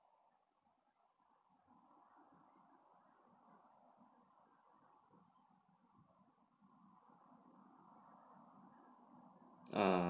err